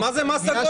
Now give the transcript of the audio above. אז מה זה מס הגודש?